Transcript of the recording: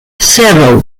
zero